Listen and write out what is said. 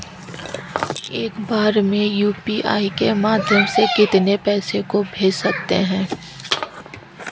एक बार में यू.पी.आई के माध्यम से कितने पैसे को भेज सकते हैं?